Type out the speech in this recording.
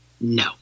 no